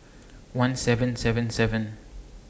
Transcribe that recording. one seven seven seven